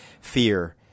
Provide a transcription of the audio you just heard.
fear